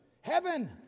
Heaven